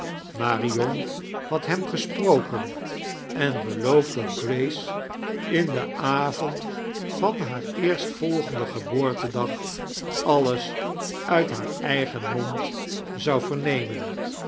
marion had hem gesproken en beloofd dat grace in den avond van haar eerstvolgendten gefoo'ortedag alles uit haar eigen mond zou vermemen